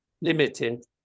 limited